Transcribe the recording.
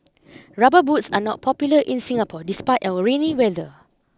rubber boots are not popular in Singapore despite our rainy weather